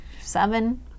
seven